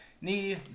knee